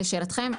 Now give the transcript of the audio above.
לשאלתכם,